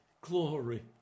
glory